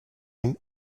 him